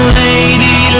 lady